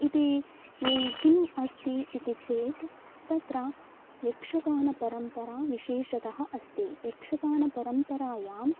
इति इ किम् अस्ति इति चेत् तत्र यक्षगानपरम्परा विशेषतः अस्ति यक्षगानपरम्परायाम्